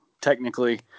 technically